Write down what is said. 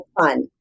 fun